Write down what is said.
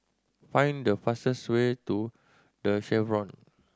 find the fastest way to The Chevrons